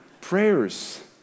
prayers